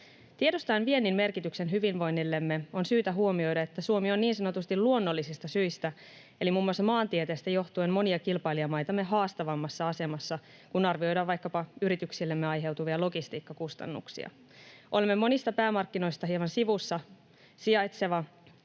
Tiedostaen viennin merkityksen hyvinvoinnillemme on syytä huomioida, että Suomi on niin sanotusti luonnollisista syistä eli muun muassa maantieteestä johtuen monia kilpailijamaitamme haastavammassa asemassa, kun arvioidaan vaikkapa yrityksillemme aiheutuvia logistiikkakustannuksia. Olemme monista päämarkkinoista hieman sivussa sijaitseva saari